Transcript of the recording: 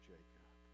Jacob